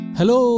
Hello